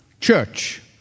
church